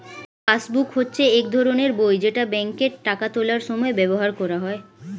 passbook হচ্ছে এক ধরনের বই যেটা ব্যাংকে টাকা তোলার সময় ব্যবহার করা হয়